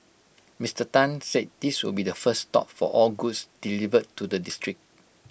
Mister Tan said this will be the first stop for all goods delivered to the district